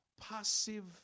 passive